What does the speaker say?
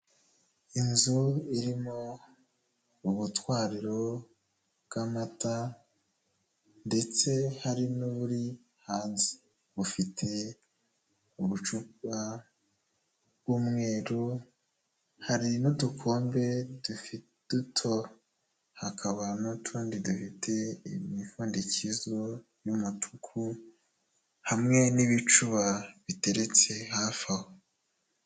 Inzu irimo ubutwariro bw'amata ndetse hari nuburi hanze, bufite ubucupa bw’umweru , hari n'udukombe duto hakaba n'utundi dufite imipfundikizo y'umutuku hamwe n'ibicuba biteretse hafi aho.